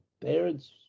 parents